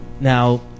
now